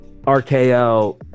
RKO